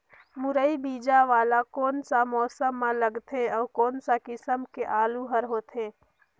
मुरई बीजा वाला कोन सा मौसम म लगथे अउ कोन सा किसम के आलू हर होथे?